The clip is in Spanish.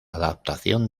adaptación